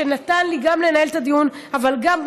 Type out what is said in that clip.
שנתן לי גם לנהל את הדיון אבל גם,